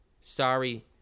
Sorry